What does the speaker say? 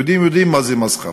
יהודים יודעים מה זה מסחרה.